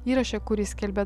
įraše kurį skelbia